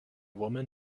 woman